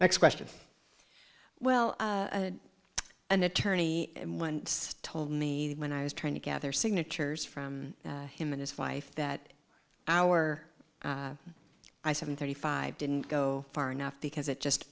next question well an attorney and once told me when i was trying to gather signatures from him and his fife that our i seventy five didn't go far enough because it just